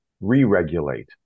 re-regulate